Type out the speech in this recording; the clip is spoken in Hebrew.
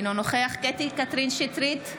אינו נוכח קטי קטרין שטרית,